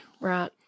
Right